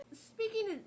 Speaking